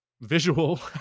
visual